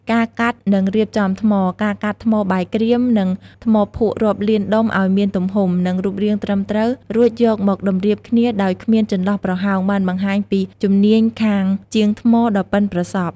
ការកាត់ និងរៀបចំថ្ម ការកាត់ថ្មបាយក្រៀម និងថ្មភក់រាប់លានដុំឱ្យមានទំហំ និងរូបរាងត្រឹមត្រូវ រួចយកមកតម្រៀបគ្នាដោយគ្មានចន្លោះប្រហោង បានបង្ហាញពីជំនាញខាងជាងថ្មដ៏ប៉ិនប្រសប់។